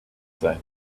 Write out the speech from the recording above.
sein